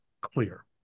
clear